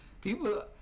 people